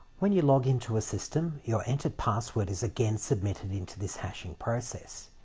when you log into a system, your entered password is again submitted into this hashing process.